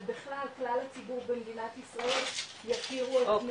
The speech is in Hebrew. ובכלל כלל הציבור במדינת ישראל יכירו את 105,